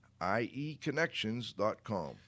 ieconnections.com